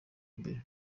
imbere